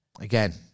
Again